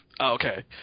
Okay